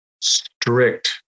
strict